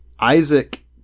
Isaac